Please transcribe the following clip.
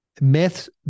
myths